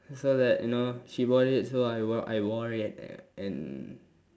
so that you know she bought it so I wore I wore it and